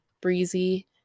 breezy